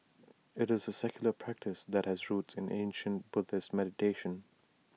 IT is A secular practice that has roots in ancient Buddhist meditation